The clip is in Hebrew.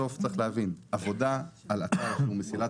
צריך להבין, עבודה על מסילה